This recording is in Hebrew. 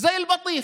(אומר בערבית ומתרגם:) כמו אבטיח.